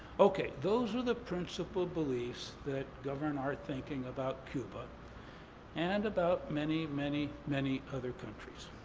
okay, those are the principal beliefs that govern our thinking about cuba and about many, many, many other countries.